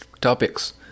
topics